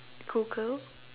Google